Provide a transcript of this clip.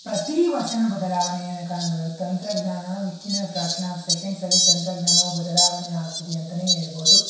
ಪ್ರತಿ ವರ್ಷನು ಬದಲಾವಣೆಯನ್ನು ಕಾಣಬಹುದು ತಂತ್ರಜ್ಞಾನ ವಿದಿನ್ ಎ ಫ್ರ್ಯಾಕ್ಷನ್ ಆಫ್ ಸೆಕೆಂಡ್ಸಲ್ಲಿ ತಂತ್ರಜ್ಞಾನವು ಬದಲಾವಣೆ ಆಗ್ತಿದೆ ಅಂತನೇ ಹೇಳ್ಬೋದು